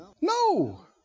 No